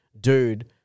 dude